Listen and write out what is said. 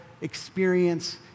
experience